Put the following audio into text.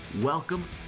Welcome